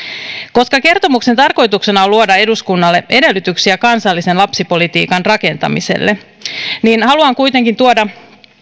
koska kertomuksen tarkoituksena on luoda eduskunnalle edellytyksiä kansallisen lapsipolitiikan rakentamiselle haluan kuitenkin tuoda